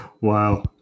wow